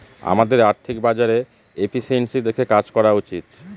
আমাদের আর্থিক বাজারে এফিসিয়েন্সি দেখে কাজ করা উচিত